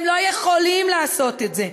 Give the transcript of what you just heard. הם לא יכולים לעשות את זה.